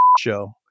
show